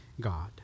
God